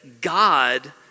God